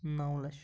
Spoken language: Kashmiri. نَو لَچھ